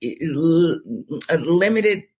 limited